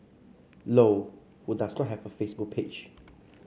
low who does not have a Facebook page